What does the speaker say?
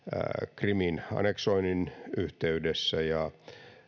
krimin anneksoinnin yhteydessä ja